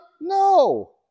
No